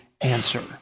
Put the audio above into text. answer